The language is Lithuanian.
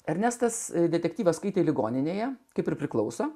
ernestas detektyvas skaitė ligoninėje kaip ir priklauso